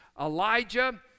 Elijah